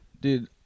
Dude